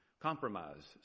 compromise